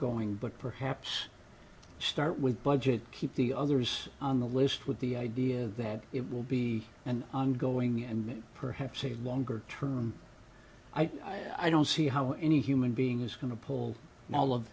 going but perhaps start with budget keep the others on the list with the idea that it will be an ongoing and perhaps a longer term i don't see how any human being is going to pull all of